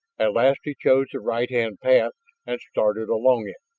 at last he chose the right-hand path and started along it,